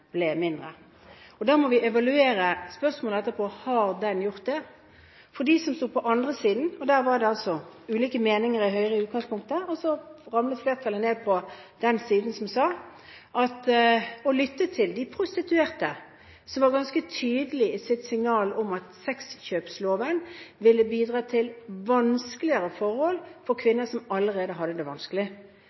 ble mindre. Da må vi evaluere spørsmålet etterpå: Har den gjort det? Det var altså ulike meninger i Høyre i utgangspunktet, og så ramlet flertallet ned på den siden som sa at det å lytte til de prostituerte som var ganske tydelige i sitt signal om at sexkjøpsloven ville bidra til vanskeligere forhold for kvinner som allerede hadde det vanskelig,